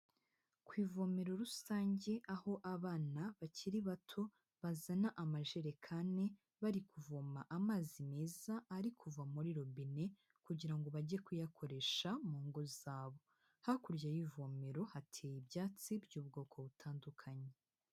Ku ivomero rusange, aho abana bakiri bato bazana amajerekani bari kuvoma amazi meza ari kuva muri robine kugira ngo bajye kuyakoresha mu ngo zabo, hakurya y'ivomero hateye ibyatsi by'ubwoko butandukanye.